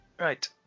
Right